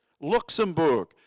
Luxembourg